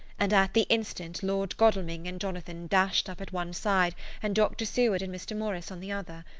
and at the instant lord godalming and jonathan dashed up at one side and dr. seward and mr. morris on the other.